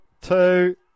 Two